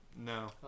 No